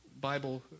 Bible